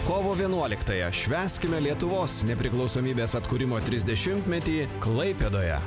kovo vienuoliktąją švęskime lietuvos nepriklausomybės atkūrimo trisdešimtmetį klaipėdoje